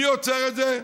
מי עוצר את זה?